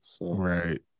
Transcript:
Right